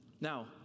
Now